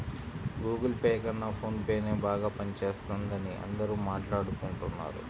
Google Pay కన్నా ఫోన్ పేనే బాగా పనిజేత్తందని అందరూ మాట్టాడుకుంటన్నారు